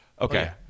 Okay